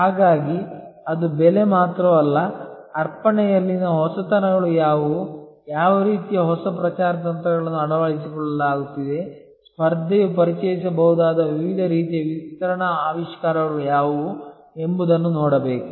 ಹಾಗಾಗಿ ಅದು ಬೆಲೆ ಮಾತ್ರವಲ್ಲ ಅರ್ಪಣೆಯಲ್ಲಿನ ಹೊಸತನಗಳು ಯಾವುವು ಯಾವ ರೀತಿಯ ಹೊಸ ಪ್ರಚಾರ ತಂತ್ರಗಳನ್ನು ಅಳವಡಿಸಿಕೊಳ್ಳಲಾಗುತ್ತಿದೆ ಸ್ಪರ್ಧೆಯು ಪರಿಚಯಿಸಬಹುದಾದ ವಿವಿಧ ರೀತಿಯ ವಿತರಣಾ ಆವಿಷ್ಕಾರಗಳು ಯಾವುವು ಎಂಬುದನ್ನು ನೋಡಬೇಕು